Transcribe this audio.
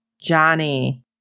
Johnny